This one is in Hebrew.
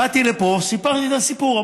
באתי לפה, סיפרתי את הסיפור.